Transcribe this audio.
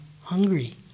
hungry